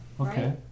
Okay